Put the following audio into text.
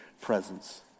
presence